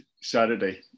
Saturday